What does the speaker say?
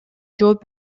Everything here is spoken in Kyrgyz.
жооп